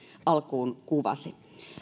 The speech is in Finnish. alkuun kuvasi